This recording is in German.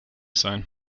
sein